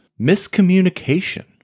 miscommunication